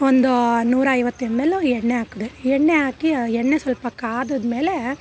ಒಂದು ನೂರು ಐವತ್ತು ಎಮ್ ಎಲ್ಲು ಎಣ್ಣೆ ಹಾಕ್ದೆ ಎಣ್ಣೆ ಹಾಕಿ ಆ ಎಣ್ಣೆ ಸ್ವಲ್ಪ ಕಾದಾದ್ಮೇಲೆ